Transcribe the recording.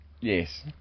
Yes